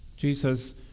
Jesus